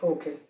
Okay